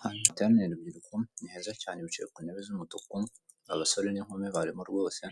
Ahantu hateraniye urubyiruko ni heza cyane bicaye ku ntebe z'umutuku abasore n'inkumi barimo rwose,